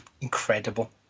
incredible